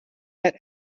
that